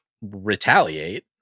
retaliate